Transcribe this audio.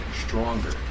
stronger